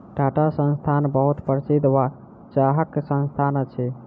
टाटा संस्थान बहुत प्रसिद्ध चाहक संस्थान अछि